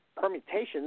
permutations